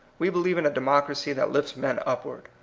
we believe in a democracy that lifts men upward.